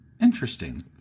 Interesting